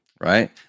right